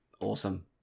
awesome